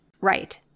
Right